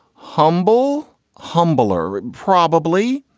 humble. humble are probably,